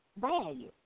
value